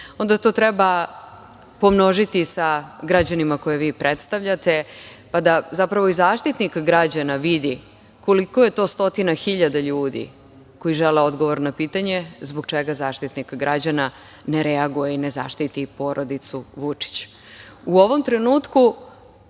onda to treba pomnožiti sa građanima koje vi predstavljate, da zapravo i Zaštitnik građana vidi koliko je to stotina hiljada ljudi, koji žele odgovor na pitanje - zbog čega Zaštitnik ne reaguje i ne zaštiti porodicu Vučić?U